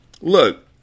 Look